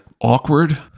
awkward